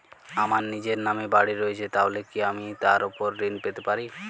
আমার নিজের নামে বাড়ী রয়েছে তাহলে কি আমি তার ওপর ঋণ পেতে পারি?